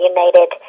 United